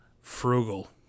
frugal